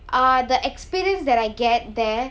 ah the experience that I get there